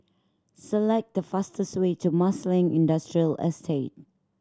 select the fastest way to Marsiling Industrial Estate